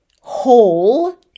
hole